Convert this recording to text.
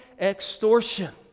extortion